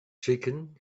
chicken